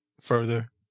further